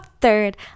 third